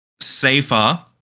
safer